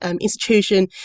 institution